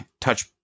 touch